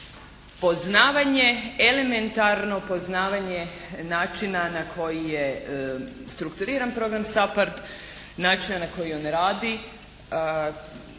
Poznavanje, elementarno poznavanje načina na koji je strukturiran program SAPARD, način na koji on radi,